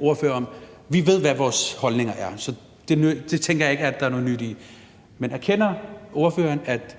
ordfører om. Vi ved, hvad vores holdninger er, så det tænker jeg ikke at der er noget nyt i. Men erkender ordføreren, at